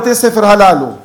בבתי-הספר הללו.